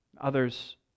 Others